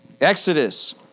Exodus